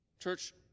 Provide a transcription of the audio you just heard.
Church